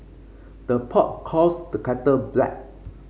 the pot calls the kettle black